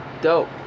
dope